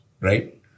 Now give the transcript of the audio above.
right